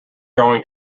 going